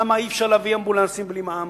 למה אי-אפשר להביא אמבולנסים בלי מע"מ?